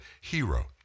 hero